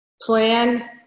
plan